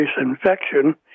infection